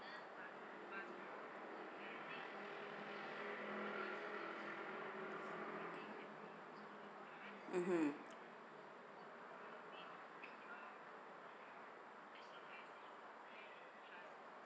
mmhmm